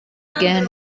again